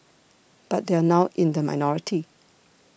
but they are in the minority